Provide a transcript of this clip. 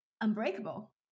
unbreakable